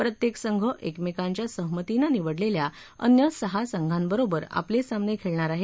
प्रत्येक संघ एकमेकांच्या सहमतींनी निवडलेल्या अन्य सहा संघाबरोबर आपले सामने खेळणार आहे